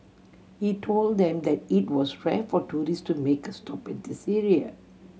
he told them that it was rare for tourist to make a stop at this area